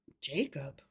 Jacob